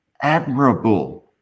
admirable